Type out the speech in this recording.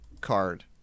card